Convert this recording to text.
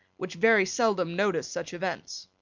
which very seldom noticed such events.